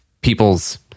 people's